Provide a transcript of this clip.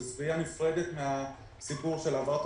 זו סוגיה נפרדת מהסיפור של העברת